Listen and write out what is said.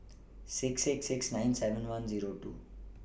six six six nine seven one Zero two